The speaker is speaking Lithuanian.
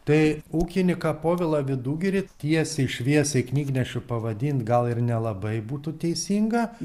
tai ūkininką povilą vidugirį tiesiai šviesiai knygnešiu pavadint gal ir nelabai būtų teisinga